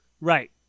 right